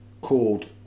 Called